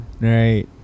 Right